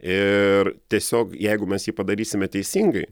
ir tiesiog jeigu mes jį padarysime teisingai